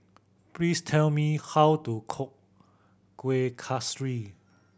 please tell me how to cook Kuih Kaswi